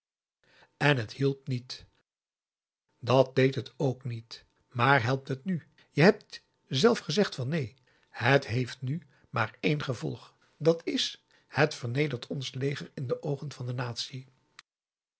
en het hielp niet dat deed het ook niet maar helpt het nu je hebt zelf gezegd van neen het heeft nu maar één gevolg dat is het vernedert ons leger in de oogen van de natie